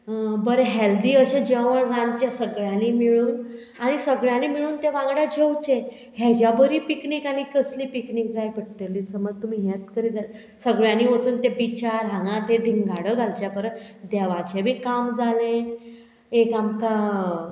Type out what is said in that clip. बरें हेल्दी अशें जेवण रांदचें सगळ्यांनी मेळून आनी सगळ्यांनी मेळून तें वांगडा जेवचें हेज्या बरी पिकनीक आनी कसली पिकनीक जाय पडटली समज तुमी हेंच करीत जाल्यार सगळ्यांनी वचून ते बिचार हांगा ते दिंगाडो घालचे परस देवाचें बी काम जालें एक आमकां